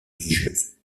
religieuse